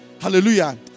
Hallelujah